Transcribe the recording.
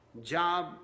job